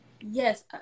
yes